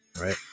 right